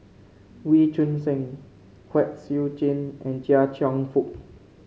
Wee Choon Seng Kwek Siew Jin and Chia Cheong Fook